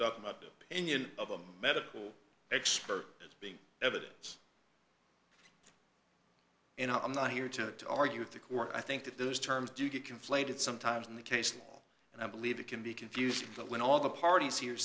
talking about pinion of a medical expert as being evidence and i'm not here to argue with the court i think that those terms do get conflated sometimes in the case law and i believe it can be confusing that when all the parties here